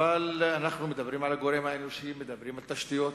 אנחנו מדברים על הגורם האנושי, מדברים על תשתיות,